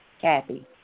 Kathy